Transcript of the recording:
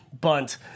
bunt